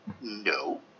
no